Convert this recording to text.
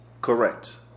correct